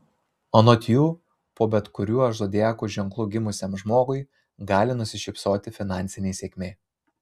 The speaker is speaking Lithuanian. anot jų po bet kuriuo zodiako ženklu gimusiam žmogui gali nusišypsoti finansinė sėkmė